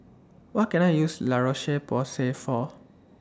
What Can I use La Roche Porsay For